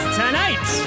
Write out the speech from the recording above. tonight